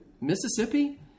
Mississippi